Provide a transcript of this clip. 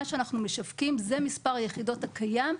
מה שאנחנו משווקים זה מספר היחידות הקיים.